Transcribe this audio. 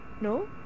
No